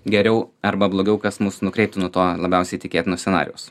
geriau arba blogiau kas mus nukreiptų nuo to labiausiai tikėtino scenarijaus